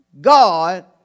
God